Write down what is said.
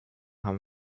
haben